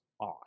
on